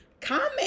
Comment